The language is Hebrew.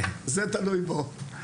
זה תלוי בו.